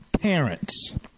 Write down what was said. parents